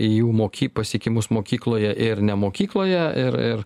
į jų moki pasiekimus mokykloje ir ne mokykloje ir ir